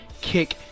kick